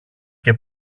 και